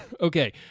Okay